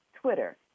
Twitter